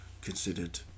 considered